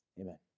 amen